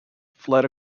fled